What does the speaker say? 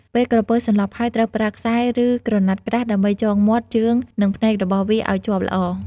ពេលក្រពើសន្លប់ហើយ ត្រូវប្រើ ខ្សែ ឬ ក្រណាត់ក្រាស់ ដើម្បីចងមាត់ ជើង និងភ្នែករបស់វាឲ្យជាប់ល្អ។